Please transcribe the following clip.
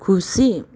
खुसी